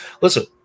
listen